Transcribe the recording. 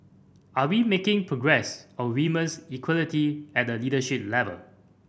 are we making progress on women equality at the leadership level